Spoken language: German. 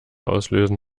auslösen